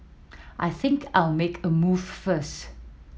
I think I'll make a move first